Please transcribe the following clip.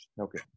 Okay